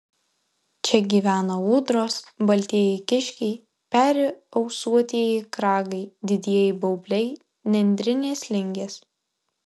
čia gyvena ūdros baltieji kiškiai peri ausuotieji kragai didieji baubliai nendrinės lingės